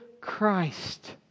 Christ